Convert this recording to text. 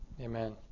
Amen